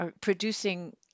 producing